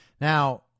Now